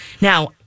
Now